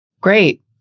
Great